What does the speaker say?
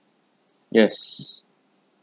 yes